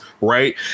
right